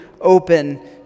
open